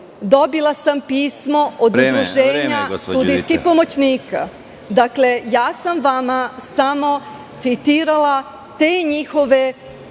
dobila sam pismo od Udruženja sudijskih pomoćnika. Dakle, vama sam samo citirala te njihove